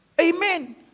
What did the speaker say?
Amen